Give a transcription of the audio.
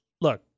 look